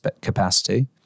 capacity